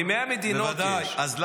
מ-100 מדינות יש.